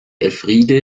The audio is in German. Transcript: elfriede